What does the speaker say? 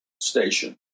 station